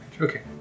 Okay